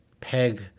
peg